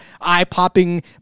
eye-popping